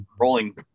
rolling